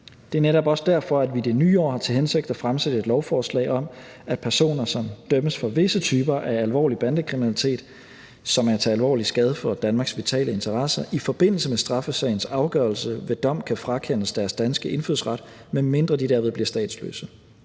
Det er netop også derfor, at vi i det nye år har til hensigt at fremsætte et lovforslag om, at personer, som dømmes for visse typer af alvorlig bandekriminalitet, som er til alvorlig skade for Danmarks vitale interesser, i forbindelse med straffesagens afgørelse ved dom kan frakendes deres danske indfødsret, medmindre de derved bliver statsløse.